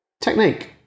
Technique